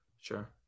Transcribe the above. Sure